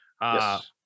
Yes